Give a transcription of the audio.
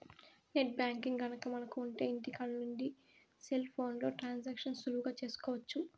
net banking గనక మనకు ఉంటె ఇంటికాడ నుంచి సెల్ ఫోన్లో ట్రాన్సాక్షన్స్ సులువుగా చేసుకోవచ్చు